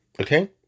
Okay